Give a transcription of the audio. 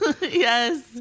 Yes